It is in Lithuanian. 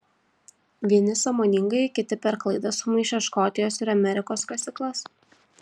vieni sąmoningai kiti per klaidą sumaišę škotijos ir amerikos kasyklas